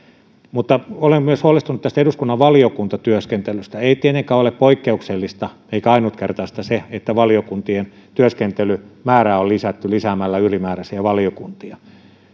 mutta olen huolestunut myös tästä eduskunnan valiokuntatyöskentelystä ei tietenkään ole poikkeuksellista eikä ainutkertaista se että valiokuntien työskentelymäärää on lisätty lisäämällä ylimääräisiä valiokuntia